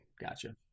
gotcha